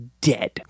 dead